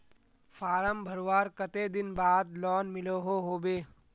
Form भरवार कते दिन बाद लोन मिलोहो होबे?